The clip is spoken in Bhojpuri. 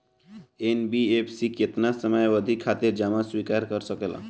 एन.बी.एफ.सी केतना समयावधि खातिर जमा स्वीकार कर सकला?